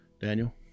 Daniel